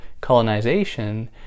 colonization